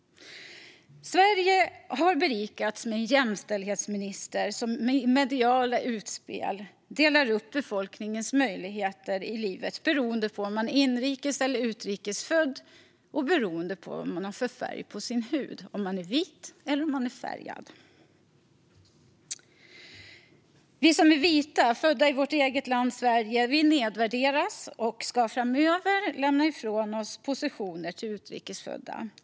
Sverige har berikats med en jämställdhetsminister som i mediala utspel delar upp befolkningens möjligheter i livet beroende på om man är inrikes eller utrikes född och beroende på vad man har för färg på sin hud - om man är vit eller färgad. Vi som är vita, födda i vårt eget land Sverige, nedvärderas och ska framöver lämna ifrån oss positioner till utrikesfödda.